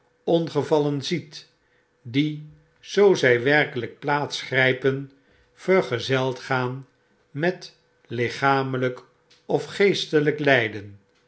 ongevallen ziet die zoo zij werkelijk plaats grijpen vergezeld gaan met lichamelflk of geestelyk lijden